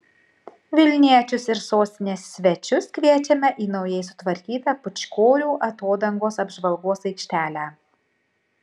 vilniečius ir sostinės svečius kviečiame į naujai sutvarkytą pūčkorių atodangos apžvalgos aikštelę